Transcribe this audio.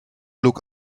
look